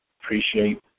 Appreciate